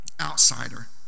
outsider